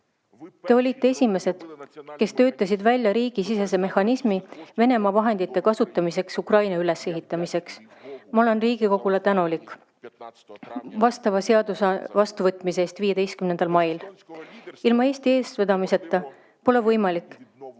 Te olite esimesed, kes töötasid välja riigisisese mehhanismi Venemaa vahendite kasutamiseks Ukraina ülesehitamiseks. Ma olen Riigikogule tänulik vastava seaduse vastuvõtmise eest 15. mail. Ilma Eesti eestvedamiseta pole võimalik